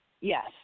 Yes